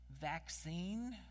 vaccine